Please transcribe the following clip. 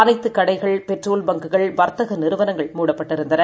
அனைத்து கடைகள் பெட்ரோல்பங்க்குகள் வர்த்தகநிறுவனங்கள்மூடப்பட்டிருந்தன